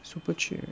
super cheap